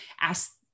ask